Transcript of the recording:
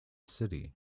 city